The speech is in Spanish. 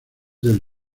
del